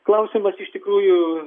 klausimas iš tikrųjų